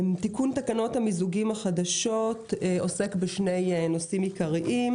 תיקון תקנות המיזוגים החדשות עוסק בשני נושאים עיקריים,